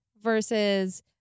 versus